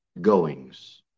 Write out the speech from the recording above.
goings